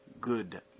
good